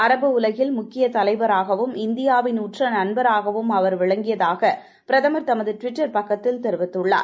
அரபு உலகில் முக்கிய தலைவராகவும் இந்தியாவிள் உற்ற நண்பராகவும் அவர் விளங்கியதாக பிரதமர் தமது ட்விட்டர் பக்கத்தில் தெரிவித்துள்ளார்